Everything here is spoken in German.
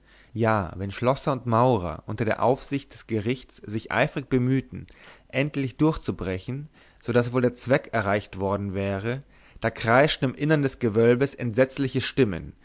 ja wenn schlosser und maurer unter der aufsicht des gerichts sich eifrig bemühten endlich durchzubrechen so daß wohl der zweck erreicht worden wäre da kreischten im innern des gewölbes entsetzliche stimmen